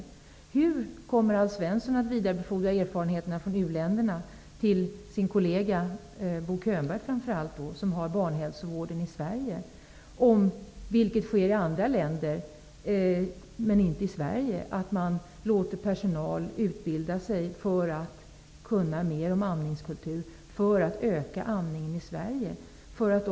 Jag undrar hur Alf Svensson kommer att vidarebefordra erfarenheterna från u-länderna till sin kollega Bo Sverige. I andra länder låter man personal utbilda sig för att de skall kunna mera om amningskultur, för att öka amningen. Detta sker inte i Sverige.